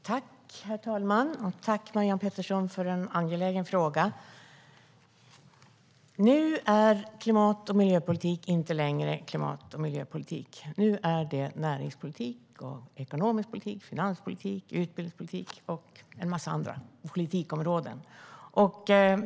Herr talman! Tack, Marianne Pettersson, för en angelägen fråga! Nu är klimat och miljöpolitik inte längre klimat och miljöpolitik. Nu är det näringspolitik, ekonomisk politik, finanspolitik, utbildningspolitik och en massa andra politikområden.